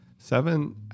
Seven